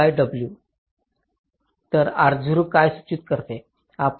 तर काय सूचित करते